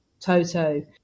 Toto